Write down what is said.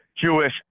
Jewish